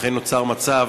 לכן נוצר מצב